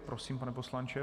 Prosím, pane poslanče.